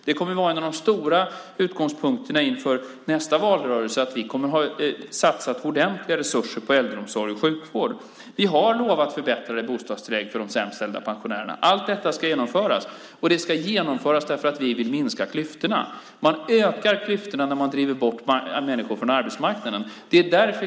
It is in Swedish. En av de viktigaste utgångspunkterna inför nästa valrörelse kommer att vara att vi kommer att ha satsat ordentliga resurser på äldreomsorg och sjukvård. Vi har lovat förbättrade bostadstillägg för de sämst ställda pensionärerna. Allt detta ska genomföras, och det ska genomföras därför att vi vill minska klyftorna. Man ökar klyftorna när man driver bort människor från arbetsmarknaden.